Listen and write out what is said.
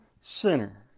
sinner